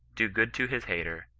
do good to his hater,